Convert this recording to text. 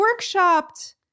workshopped